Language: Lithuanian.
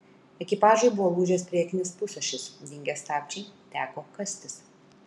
ekipažui buvo lūžęs priekinis pusašis dingę stabdžiai teko kastis